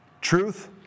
Truth